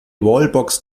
wallbox